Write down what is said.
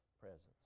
presence